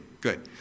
good